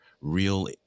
real